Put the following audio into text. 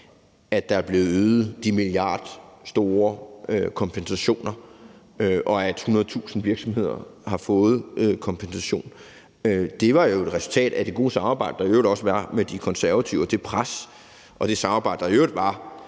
der er blevet ydet de milliardstore kompensationer, og at 100.000 virksomheder har fået kompensation. Det var jo et resultat af det gode samarbejde, der i øvrigt også var med De Konservative, og det pres og det samarbejde, der i øvrigt var,